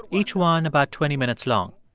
each one about twenty minutes long.